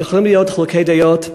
יכולים להיות חילוקי דעות,